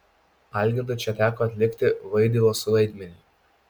algirdui čia teko atlikti vaidilos vaidmenį